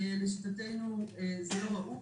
לשיטתנו זה לא ראוי.